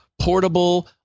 portable